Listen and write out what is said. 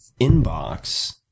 inbox